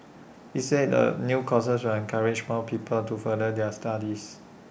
he said the new courses will encourage more people to further their studies